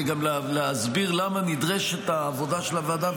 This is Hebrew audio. להסביר למה נדרשת העבודה של הוועדה,